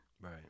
Right